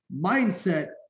mindset